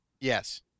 Yes